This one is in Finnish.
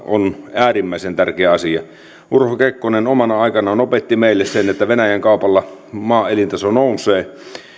äärimmäisen tärkeä asia urho kekkonen omana aikanaan opetti meille sen että venäjän kaupalla maan elintaso nousee